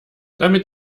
damit